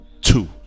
two